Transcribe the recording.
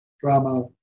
drama